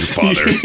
Father